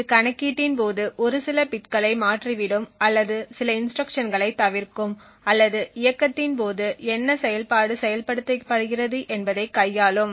இது கணக்கீட்டின் போது ஒரு சில பிட்களை மாற்றிவிடும் அல்லது சில இன்ஸ்ட்ருக்ஷன்ஸ்களைத் தவிர்க்கும் அல்லது இயக்கத்தின் போது என்ன செயல்பாடு செயல்படுத்தப்படுகிறது என்பதைக் கையாளும்